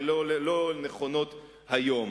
ולא נכונות היום.